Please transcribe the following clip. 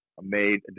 made